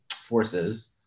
forces